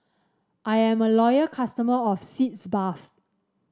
I am a loyal customer of Sitz Bath